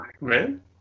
man